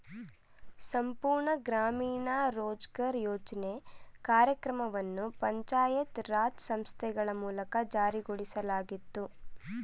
ಸಂಪೂರ್ಣ ಗ್ರಾಮೀಣ ರೋಜ್ಗಾರ್ ಯೋಜ್ನ ಕಾರ್ಯಕ್ರಮವನ್ನು ಪಂಚಾಯತ್ ರಾಜ್ ಸಂಸ್ಥೆಗಳ ಮೂಲಕ ಜಾರಿಗೊಳಿಸಲಾಗಿತ್ತು